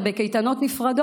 בקייטנות נפרדות,